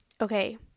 Okay